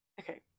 okay